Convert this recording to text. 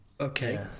Okay